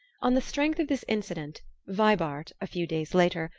on the strength of this incident vibart, a few days later,